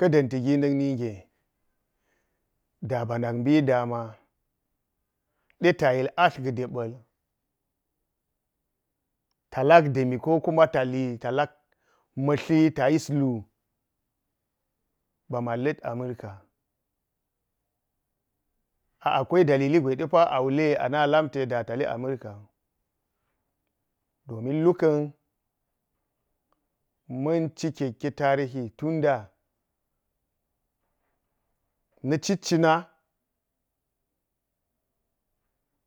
Ka̱ da̱nti gi mitnii gee da ba mak mbi daama, de ta yil atl ga debạl. Ta lak dami kokuma tali ta – ma̱tli a yis lu ba man la̱t ama̱rka, a’ akwai dalili gwe ɗe pawe a wuli ɗe a laami tali amerika wu. Domin lu ka̱n ma̱n cikekke tanhi tunda- na̱ cit cina